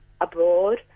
abroad